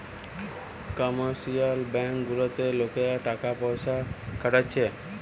commercial bank গুলাতে লোকরা টাকা পয়সা খাটাচ্ছে